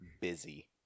busy